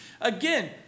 Again